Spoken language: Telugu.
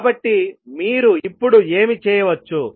కాబట్టి మీరు ఇప్పుడు ఏమి చేయవచ్చు